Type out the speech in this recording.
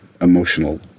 emotional